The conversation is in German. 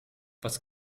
was